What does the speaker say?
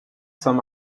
saint